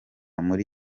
muri